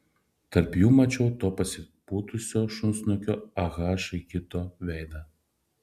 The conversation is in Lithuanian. tarp jų mačiau to pasipūtusio šunsnukio ah gito veidą